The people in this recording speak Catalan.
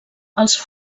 els